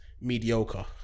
mediocre